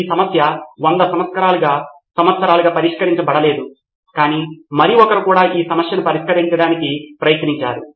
ఈ సమస్య 100 సంవత్సరాలుగా పరిష్కరించబడలేదు కాని మరొకరు కూడా ఈ సమస్యను పరిష్కరించడానికి ప్రయత్నించారు